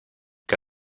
que